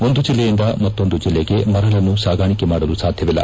ಒಂದು ಜಿಲ್ಲೆಯಿಂದ ಮತ್ತೊಂದು ಜಿಲ್ಲೆಗೆ ಮರಳನ್ನು ಸಾಗಾಣಿಕೆ ಮಾಡಲು ಸಾಧ್ಯವಿಲ್ಲ